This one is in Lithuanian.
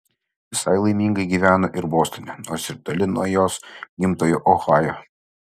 visai laimingai gyveno ir bostone nors ir toli nuo jos gimtojo ohajo